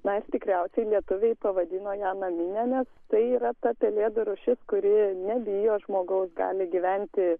na ir tikriausiai lietuviai pavadino ją namine nes tai yra ta pelėdų rūšis kuri nebijo žmogaus gali gyventi